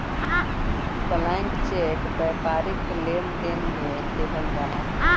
blank cheque व्यापारिक लेनदेन में देहल जाला